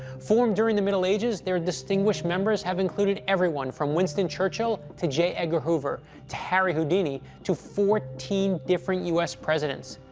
formed during the middle ages, their distinguished members have included everyone from winston churchill to j. edgar hoover to harry houdini to fourteen different u s. presidents.